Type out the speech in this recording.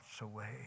away